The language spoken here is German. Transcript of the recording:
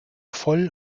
voll